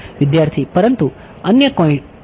વિદ્યાર્થી પરંતુ અન્ય કોઇ પોઈન્ટ